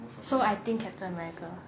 so I think captain america